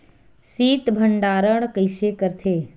शीत भंडारण कइसे करथे?